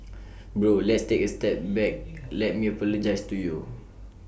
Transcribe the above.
bro let's take A step back let me apologise to you